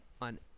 on